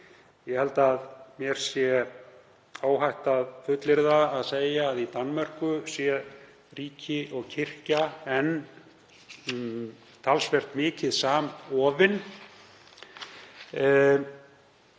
Ég held að mér sé óhætt að fullyrða að í Danmörku séu ríki og kirkja enn talsvert mikið samofin.